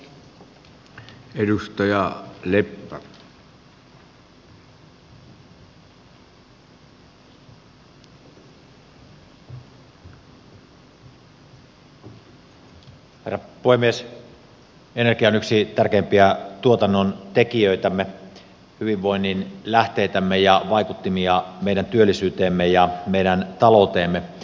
energia on yksi tärkeimpiä tuotannontekijöitämme hyvinvoinnin lähteitämme ja vaikuttimia meidän työllisyyteemme ja meidän talouteemme